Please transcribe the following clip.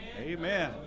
Amen